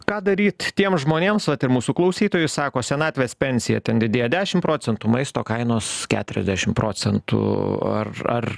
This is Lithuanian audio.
ką daryt tiem žmonėms vat ir mūsų klausytojai sako senatvės pensija ten didėjo dešim procentų maisto kainos keturiasdešim procentų ar ar